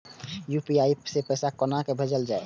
UPI सै पैसा कोना भैजल जाय?